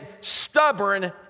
stubborn